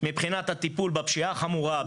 מבחינת הטיפול בפשיעה החמורה,